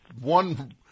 one